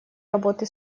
работы